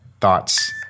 thoughts